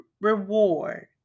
reward